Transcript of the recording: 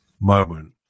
moment